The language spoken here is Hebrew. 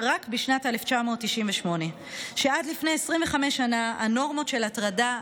רק בשנת 1998 ושעד לפני 25 שנים הנורמות של הטרדה,